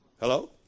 hello